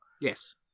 Yes